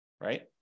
right